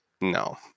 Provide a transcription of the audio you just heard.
no